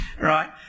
right